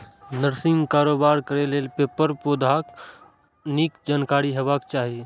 नर्सरीक कारोबार करै लेल पेड़, पौधाक नीक जानकारी हेबाक चाही